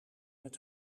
met